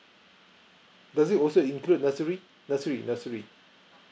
does it also include nursery nursery nursery